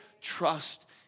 trust